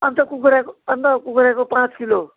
अन्त कुखुराको अन्त कुखुराको पाँच किलो